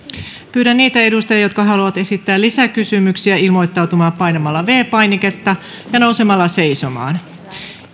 pyydän niitä edustajia jotka haluavat esittää lisäkysymyksiä ilmoittautumaan painamalla viides painiketta ja nousemalla seisomaan